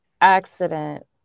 accident